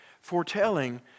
foretelling